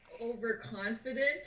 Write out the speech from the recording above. overconfident